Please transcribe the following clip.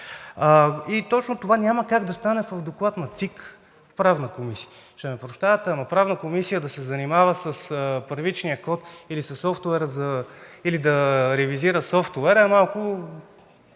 Точно това няма как да стане в доклад на ЦИК в Правната комисия. Ще ме прощавате, но Правната комисия да се занимава с първичния код или да ревизира софтуера, е малко,